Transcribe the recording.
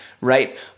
right